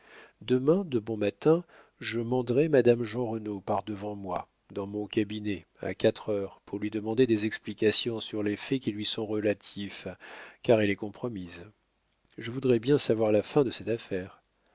demain de bon matin je manderai madame jeanrenaud par-devant moi dans mon cabinet à quatre heures pour lui demander des explications sur les faits qui lui sont relatifs car elle est compromise je voudrais bien savoir la fin de cette affaire